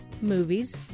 movies